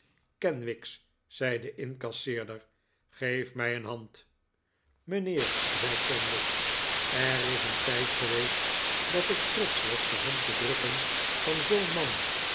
kenwigs zei de incasseerder geef mij een hand mijnheer zei kenwigs er is een tijd geweest dat ik trotsch was de hand te drukken van zoo'n man